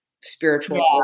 spiritual